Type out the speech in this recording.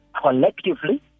collectively